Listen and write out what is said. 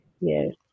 Yes